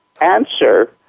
answer